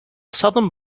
southern